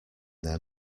their